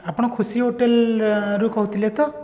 ଆପଣ ଖୁସି ହୋଟେଲ୍ରୁ କହୁଥିଲେ ତ